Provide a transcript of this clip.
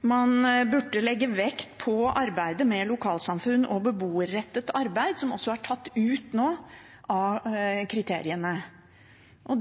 Man burde legge vekt på arbeidet med lokalsamfunn og beboerrettet arbeid, som også er tatt ut nå av kriteriene.